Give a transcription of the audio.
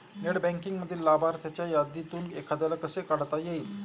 Net बँकिंगमधील लाभार्थ्यांच्या यादीतून एखाद्याला कसे काढता येईल?